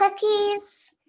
cookies